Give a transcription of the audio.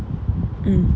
mmhmm